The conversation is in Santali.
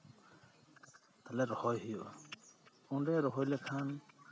ᱛᱟᱞᱦᱮ ᱨᱚᱦᱚᱭ ᱦᱩᱭᱩᱜᱼᱟ ᱚᱸᱰᱮ ᱨᱚᱦᱚᱭ ᱞᱮᱠᱷᱟᱱ